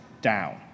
down